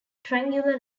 triangular